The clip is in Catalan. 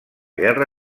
guerra